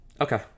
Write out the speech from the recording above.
Okay